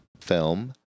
film